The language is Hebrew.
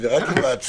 זו רק היוועצות.